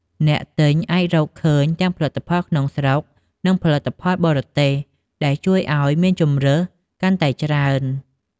អ្នកទិញអាចរកឃើញទាំង ផលិតផលក្នុងស្រុក និងផលិតផលបរទេស ដែលជួយឱ្យមានជម្រើសកាន់តែច្រើន។